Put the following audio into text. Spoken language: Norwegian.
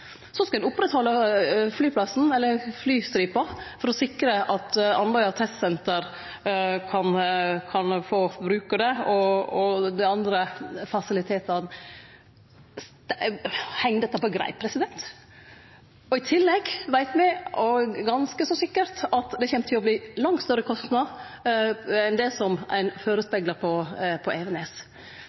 Så skal ein oppretthalde flystripa for å sikre at Andøya Test Center kan få bruke ho og dei andre fasilitetane. Heng dette på greip? I tillegg veit me òg ganske så sikkert at det kjem til å verte ein langt større kostnad enn det ein vart førespegla for Evenes.